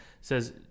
says